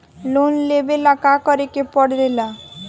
Loan लेबे ला का करे के पड़े ला?